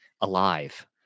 alive